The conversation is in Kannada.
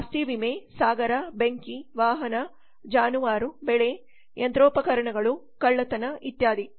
ಆಸ್ತಿ ವಿಮೆ ಸಾಗರ ಬೆಂಕಿ ವಾಹನ ಜಾನುವಾರು ಬೆಳೆ ಯಂತ್ರೋಪಕರಣಗಳು ಕಳ್ಳತನ ಇತ್ಯಾದಿ